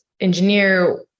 engineer